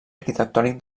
arquitectònic